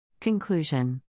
Conclusion